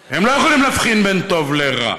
הם לא יכולים להבחין בין טוב לרע.